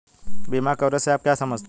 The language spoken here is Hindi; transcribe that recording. बीमा कवरेज से आप क्या समझते हैं?